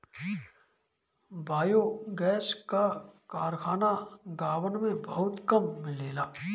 biogas क कारखाना गांवन में बहुते कम मिलेला